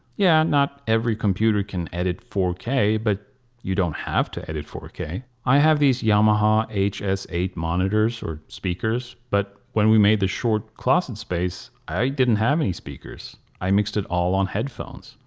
yeah not every computer can edit four k but you don't have to edit four k. i have these yamaha h s eight monitors or speakers but when we made the short closet space i didn't have any speakers. i mixed it all on headphones.